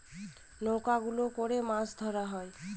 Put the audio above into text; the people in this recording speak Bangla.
নৌকা গুলো করে মাছ ধরা হয়